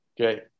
okay